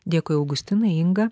dėkui augustinai inga